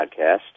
podcast